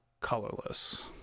colorless